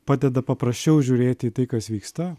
padeda paprasčiau žiūrėti į tai kas vyksta